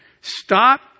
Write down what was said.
stop